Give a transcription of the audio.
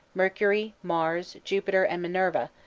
mercury, mars, jupiter, and minerva,